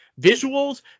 visuals